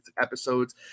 episodes